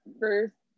first